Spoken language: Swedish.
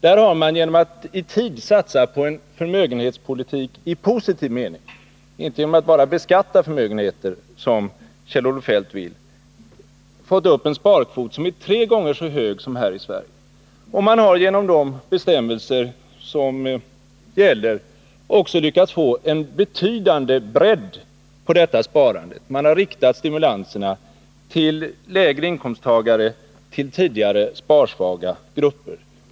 Där har man genom att i tid satsa på en förmögenhetspolitik i positiv mening, inte genom att bara beskatta förmögenheter, som Kjell-Olof Feldt vill, fått en sparkvot som är tre gånger så hög som i Sverige. Man har också genom de bestämmelser som gäller lyckats få en betydande bredd på detta sparande. Man har riktat stimulanserna till lägre inkomsttagare, till tidigare sparsvaga grupper.